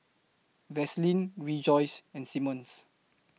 Vaseline Rejoice and Simmons